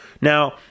Now